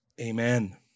Amen